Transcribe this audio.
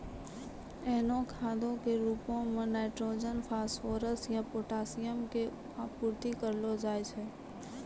एहनो खादो के रुपो मे नाइट्रोजन, फास्फोरस या पोटाशियम के आपूर्ति करलो जाय छै